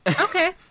okay